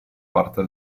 parte